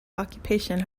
occupation